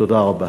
תודה רבה.